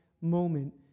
moment